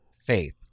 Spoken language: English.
faith